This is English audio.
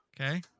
Okay